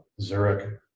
Zurich